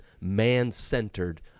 man-centered